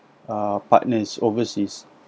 uh partners overseas